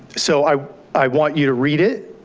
so i i want you to read it